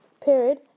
period